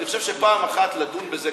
אני חושב שפעם אחת לדון בזה,